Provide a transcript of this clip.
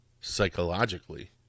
psychologically